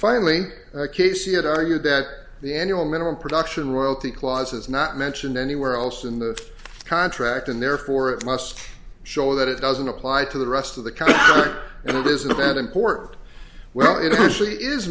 finally casey had argued that the annual minimum production royalty clause is not mentioned anywhere else in the contract and therefore it must show that it doesn't apply to the rest of the company and it isn't an import well it actually is